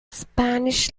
spanish